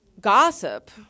gossip